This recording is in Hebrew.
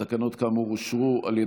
נתקבלו.